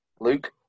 Luke